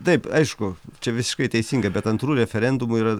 taip aišku čia visiškai teisingai bet antrų referendumų yra